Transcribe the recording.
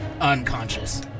unconscious